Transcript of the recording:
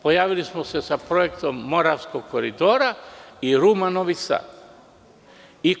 Pojavili smo se sa projektom Moravskog koridora i Ruma – Novi Sad.